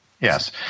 Yes